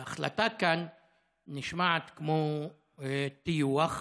ההחלטה כאן נשמעת כמו טיוח.